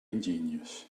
ingenious